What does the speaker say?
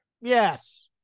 Yes